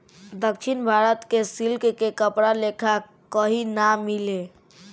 दक्षिण भारत के सिल्क के कपड़ा लेखा कही ना मिले